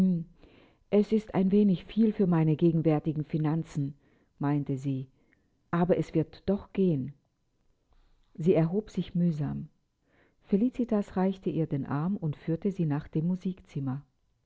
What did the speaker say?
es ist ein wenig viel für meine gegenwärtigen finanzen meinte sie aber es wird doch gehen sie erhob sich mühsam felicitas reichte ihr den arm und führte sie nach dem musikzimmer